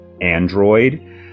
android